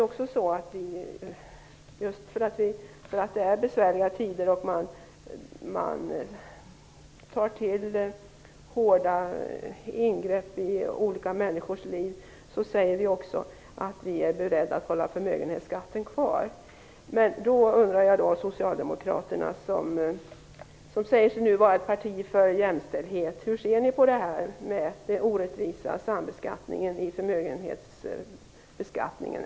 Just för att det är besvärliga tider och man tar till hårda ingrepp i olika människors liv säger vi också att vi är beredda att behålla förmögenhetsskatten. Hur ser ni socialdemokrater, som säger er vara ett parti för jämställdhet, på den orättvisa sambeskattningen i förmögenhetsbeskattningen?